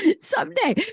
someday